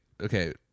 okay